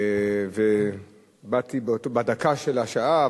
ובאתי בדקה של השעה,